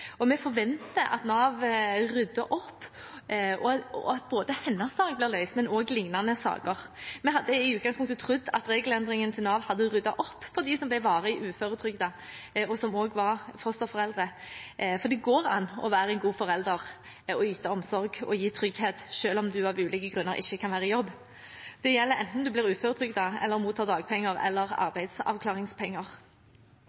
og vi forventer at Nav rydder opp, og at både hennes sak og lignende saker blir løst. Vi hadde i utgangspunktet trodd at regelendringen til Nav hadde ryddet opp for dem som ble varig uføretrygdet og som også var fosterforeldre, for det går an å være en god forelder, yte omsorg og gi trygghet selv om en av ulike grunner ikke kan være i jobb. Det gjelder enten en blir uføretrygdet eller mottar dagpenger eller